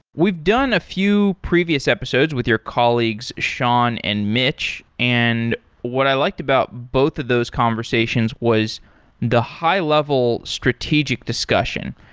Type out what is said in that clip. we've done a few previous episodes with your colleagues, shawn and mitch, and what i liked about both of those conversations was the high-level strategic discussion.